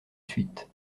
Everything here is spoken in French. suite